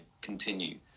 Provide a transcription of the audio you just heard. continue